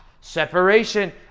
separation